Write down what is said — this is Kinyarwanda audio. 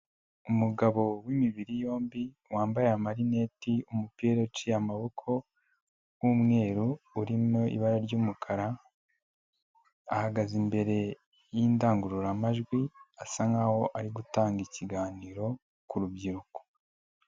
Umugabo wimibiri yombi wambaye marineti, umupira uciye amaboko w'umweru urimo ibara ry'umukara, ahagaze imbere y'indangururamajwi asa nk'aho ari gutanga ikiganiro ku rubyiruko.